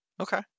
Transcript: Okay